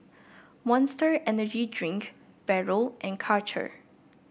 Monster Energy Drink Barrel and Karcher